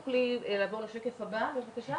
שעברו מבית ספר לבית ספר,